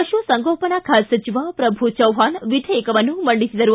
ಪಶುಸಂಗೋಪನಾ ಖಾತೆ ಸಚಿವ ಪ್ರಭು ಚೌವ್ವಾಣ್ ವಿಧೇಯಕವನ್ನು ಮಂಡಿಸಿದರು